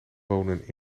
wonen